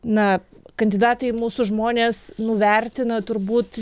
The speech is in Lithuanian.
na kandidatai mūsų žmonės nuvertina turbūt